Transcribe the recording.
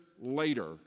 later